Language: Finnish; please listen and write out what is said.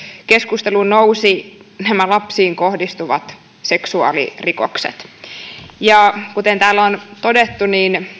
keskusteluun nousivat nämä lapsiin kohdistuvat seksuaalirikokset kuten täällä on todettu